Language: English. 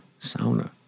sauna